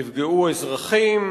נפגעו אזרחים,